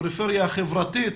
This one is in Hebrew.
הפריפריה החברתית.